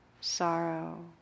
sorrow